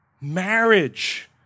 marriage